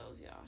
y'all